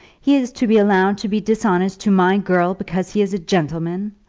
he is to be allowed to be dishonest to my girl because he is a gentleman!